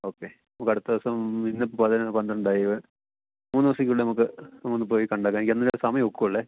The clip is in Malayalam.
ഓക്കെ നമുക്ക് അടുത്ത ദിവസം ഇന്ന് പതിനൊന്ന് പന്ത്രണ്ട് ആയി തീയതി മൂന്ന് ദിവസത്തിനുള്ളിൽ നമുക്ക് ഒന്ന് പോയി കണ്ടേക്കാം എനിക്ക് അന്നേ സമയം ഒക്കുകയുള്ളു